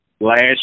last